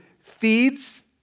feeds